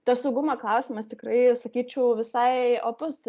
tas saugumo klausimas tikrai sakyčiau visai opus